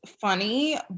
funny